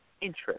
interest